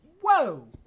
Whoa